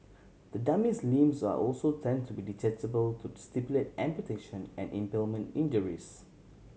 the dummy's limbs are also tend to be detachable to simulate amputation and impalement injuries